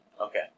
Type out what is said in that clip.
okay